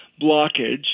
blockage